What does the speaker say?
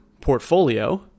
portfolio